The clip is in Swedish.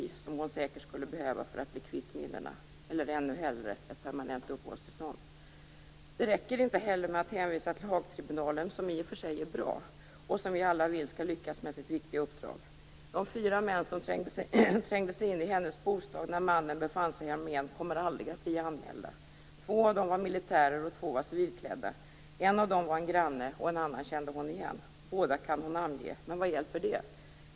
Det skulle hon säkert behöva för att bli kvitt minnena, eller ännu hellre ett permanent uppehållstillstånd. Det räcker inte heller med att hänvisa till Haagtribunalen som i och för sig är bra och som vi alla vill skall lyckas med sitt viktiga uppdrag. De fyra män som trängde sig in i hennes bostad när mannen befann sig i armén kommer aldrig att bli anmälda. Två av dem var militärer och två var civilklädda. En av dem var en granne och en annan kände hon igen. Hon kan namnge båda, men vad hjälper det.